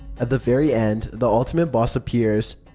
at the very end, the ultimate boss appears.